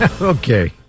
okay